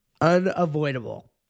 Unavoidable